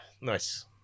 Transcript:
nice